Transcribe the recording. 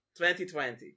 2020